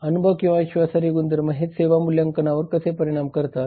अनुभव किंवा विश्वासार्ह गुणधर्म हे सेवा मूल्यांकनावर कसे परिणाम करतात